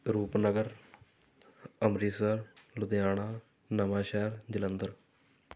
Rupnagar Amritsar Ludhiana Nawanshahr Jalandhar